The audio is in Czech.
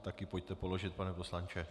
Tak ji pojďte položit, pane poslanče.